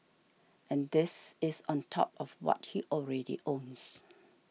and this is on top of what he already owns